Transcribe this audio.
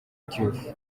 diouf